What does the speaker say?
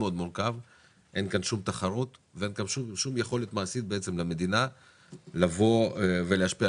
אין כאן שום תחרות ואין שום יכולת מעשית למדינה לבוא ולהשפיע,